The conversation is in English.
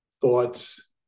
thoughts